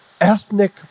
ethnic